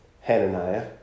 Hananiah